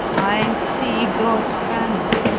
i see god's hand,